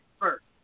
first